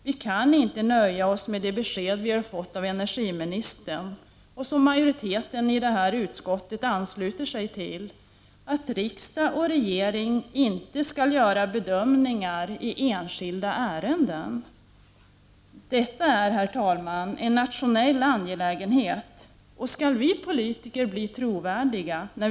Vi kan inte nöja oss med det besked som vi har fått från ener giministern och som majoriteten i utskottet anslutit sig till, nämligen att riks — Prot. 1989/90:36 dag och regering inte skall göra bedömningar i enskilda ärenden. Detta är, 30 november 1990 herr talman, en nationell angelägenhet! Skall vi politiker bli trovärdiga när.